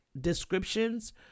descriptions